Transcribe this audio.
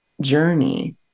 journey